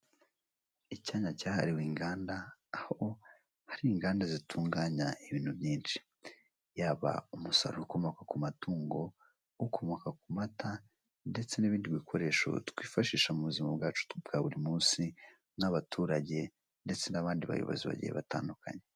Icyanya cyahariwe inganda. Aho hari inganda zitunganya ibintu byinshi, yaba umusaruro ukomoka ku matungo, ukomoka ku mata ndetse n'ibindi bikoresho twifashisha mu buzima bwacu bwa buri munsi. N'abaturage ndetse n'abandi bayobozi bagiye batandukanye.